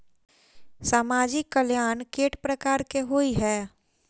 सामाजिक कल्याण केट प्रकार केँ होइ है?